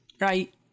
right